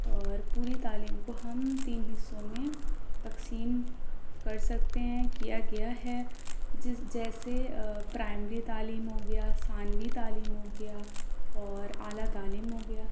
اور پوری تعلیم کو ہم تین حصوں میں تقسیم کر سکتے ہیں کیا گیا ہے جس جیسے پرائمری تعلیم ہو گیا ثانوی تعلیم ہو گیا اور اعلیٰ تعلیم ہو گیا